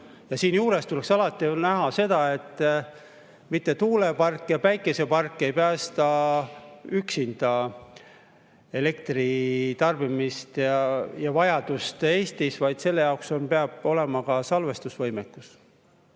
lahendus. Siinjuures tuleks alati näha seda, et tuulepark ja päikesepark ei päästa üksinda elektri tarbimist ja vajadust Eestis, vaid selle jaoks peab olema ka salvestusvõimekus.